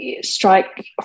strike